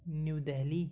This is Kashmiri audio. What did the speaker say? نِو دہلی